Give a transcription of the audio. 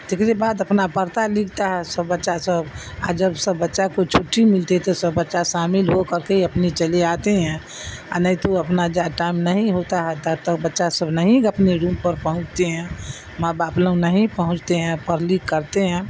تکری بات اپنا پڑھتا لکھتا ہے سب بچہ سب اور جب سب بچہ کو چھٹی ملتی تو سب بچہ شامل ہو کر کے ہی اپنی چلے آتے ہیں اور نہیں تو اپنا جو ٹائم نہیں ہوتا ہے تب تب بچہ سب نہیں اپنے روم پر پہنچتے ہیں ماں باپ لوگ نہیں پہنچتے ہیں پڑھ لکھ کرتے ہیں